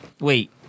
wait